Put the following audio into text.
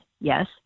yes